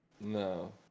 No